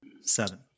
Seven